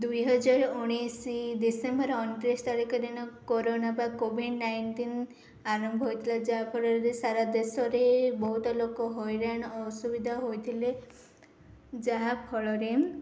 ଦୁଇହଜାର ଉଣେଇଶି ଡିସେମ୍ବର୍ ଅଣତିରିଶ ତାରିଖ ଦିନ କୋରୋନା ବା କୋଭିଡ଼୍ ନାଇଣ୍ଟିନ୍ ଆରମ୍ଭ ହୋଇଥିଲା ଯାହାଫଳରେ ସାରା ଦେଶ ରେ ବହୁତ ଲୋକ ହଇରାଣ ଅସୁବିଧା ହୋଇଥିଲେ ଯାହାଫଳରେ